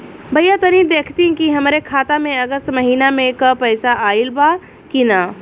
भईया तनि देखती की हमरे खाता मे अगस्त महीना में क पैसा आईल बा की ना?